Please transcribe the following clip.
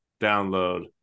download